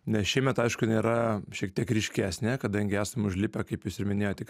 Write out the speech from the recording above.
nes šiemet aišku jin yra šiek tiek ryškesnė kadangi esam užlipę kaip jūs ir minėjot